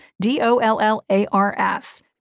D-O-L-L-A-R-S